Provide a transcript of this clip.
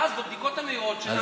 ואז בבדיקות המהירות,